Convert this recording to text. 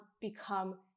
become